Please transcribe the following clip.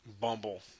Bumble